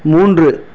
மூன்று